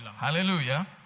Hallelujah